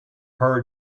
her